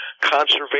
conservation